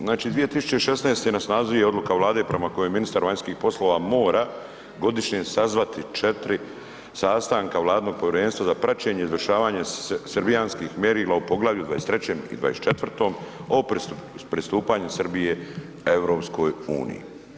Znači 2016. na snazi je odluka Vlade prema kojoj ministar vanjskih poslova mora godišnje sazvati 4 sastanka vladinog Povjerenstva za praćenje i izvršavanje srbijanskih mjerila u Poglavlju 23. i 24. o pristupanju Srbije EU.